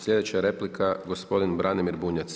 Sljedeća replika gospodin Branimir Bunjac.